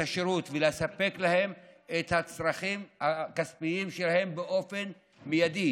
השירות ולספק להם את הצרכים הכספיים שלהם באופן מיידי.